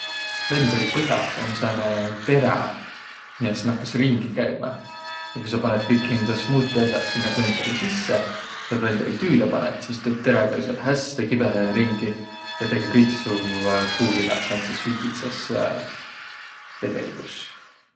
Blendri põh'ah om sääne terä, miä sis nakkas ringi käümä, ja ku saq panõt kõik hindä smuuti as'aq sinnäq blendri sisse ja blendri tüüle panõt, sis tuu terä käü sääl häste kibõhõhe ringi ja tege kõik suq puuviläq sääntses ütitses vedeligus.